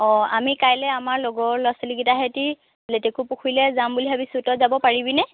অ আমি কাইলৈ আমাৰ লগৰ ল'ৰা ছোৱালী কেইটাৰে সৈতে লেটেকু পুখুৰীলৈ যাম বুলি ভাবিছোঁ তই যাব পাৰিবিনে